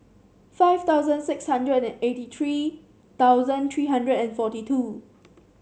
five thousand six hundred and eighty three thousand three hundred and forty two